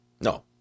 No